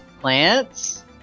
plants